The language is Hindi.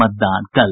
मतदान कल